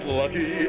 lucky